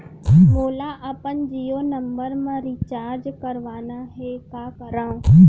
मोला अपन जियो नंबर म रिचार्ज करवाना हे, का करव?